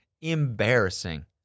embarrassing